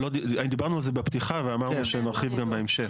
דיברנו על זה בפתיחה ואמרנו שנרחיב גם בהמשך.